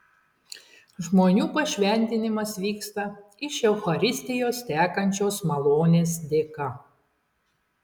žmonių pašventinimas vyksta iš eucharistijos tekančios malonės dėka